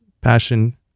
passion